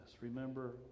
Remember